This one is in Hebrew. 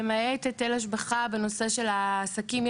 למעט היטל השבחה בנושא של העסקים.